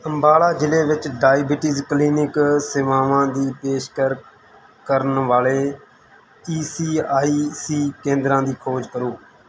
ਅੰਬਾਲਾ ਜ਼ਿਲ੍ਹੇ ਵਿੱਚ diabetes clinic ਸੇਵਾਵਾਂ ਦੀ ਪੇਸ਼ਕਸ਼ ਕਰਨ ਵਾਲੇ ਈ ਸੀ ਆਈ ਸੀ ਕੇਂਦਰਾਂ ਦੀ ਖੋਜ ਕਰੋ